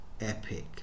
epic